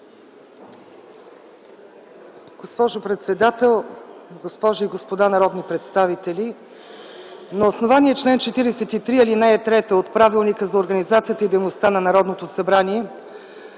Госпожо председател, госпожи и господа народни представители! На основание чл. 43, ал. 3 от Правилника за организацията и дейността на Народното събрание